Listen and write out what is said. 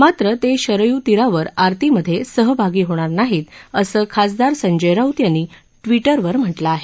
मात्र ते शरयूतीरावर आरती मधे सहभागी होणार नाहीत असं खासदार संजय राऊत यांनी ट्वीटवर म्हटलं आहे